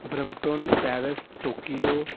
Brampton Paris Tokyo